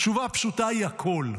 התשובה הפשוטה היא הכול.